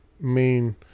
main